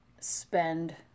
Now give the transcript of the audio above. spend